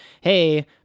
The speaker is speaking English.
hey